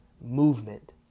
movement